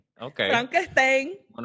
Okay